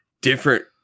different